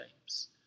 James